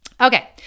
Okay